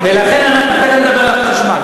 תכף נדבר על החשמל.